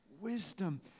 wisdom